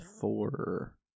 four